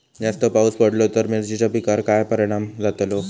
जास्त पाऊस पडलो तर मिरचीच्या पिकार काय परणाम जतालो?